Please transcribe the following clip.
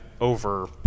over